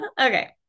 Okay